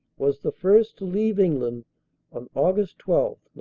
was the first to leave england on aug. twelve,